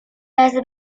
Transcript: las